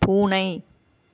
பூனை